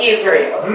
Israel